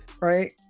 Right